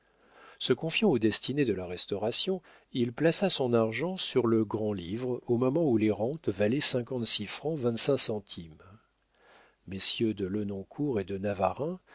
se confiant aux destinées de la restauration il plaça son argent sur le grand-livre au moment où les rentes valaient cinquante-six francs vingt-cinq centimes messieurs de lenoncourt et de navarreins